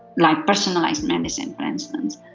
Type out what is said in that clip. like personalised medicine for instance,